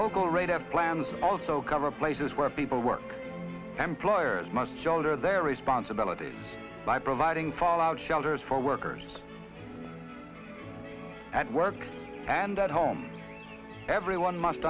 local radar plans also cover places where people work employers must shoulder their responsibility by providing fallout shelters for workers at work and at home everyone must